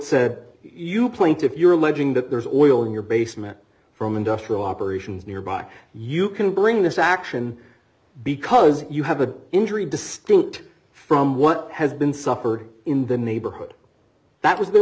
said you plaintiff you're alleging that there's oil in your basement from industrial operations nearby you can bring this action because you have an injury distinct from what has been suffered in the neighborhood that was the